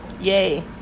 yay